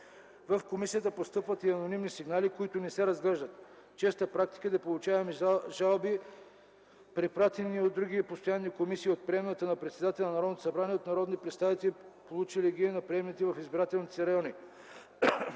В Комисията постъпват и анонимни сигнали, които не се разглеждат. Честа практика е да получаваме жалби и сигнали, препратени ни от други постоянни комисии, от приемната на председателя на Народното събрание и от народни представители, получили ги на приемните в избирателните си райони.